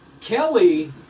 Kelly